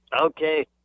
Okay